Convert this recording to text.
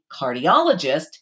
cardiologist